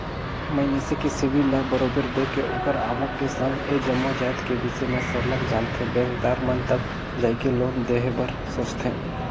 मइनसे के सिविल ल बरोबर देख के ओखर आवक के संघ ए जम्मो जाएत के बिसे में सरलग जानथें बेंकदार मन तब जाएके लोन देहे बर सोंचथे